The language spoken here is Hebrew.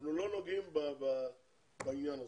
אנחנו לא נוגעים בעניין הזה,